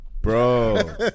Bro